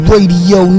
Radio